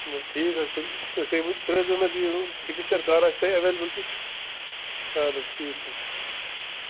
وَل حظ ٹھیٖک حظ چھِ تیٚلہِ تُہۍ تُہۍ ؤنۍ زیٚو مےٚ فِکِچَر کر آسہِ تۄہہِ ایویبلٕٹی اَدٕ حظ ٹھیٖک حظ چھُ